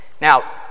Now